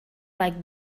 like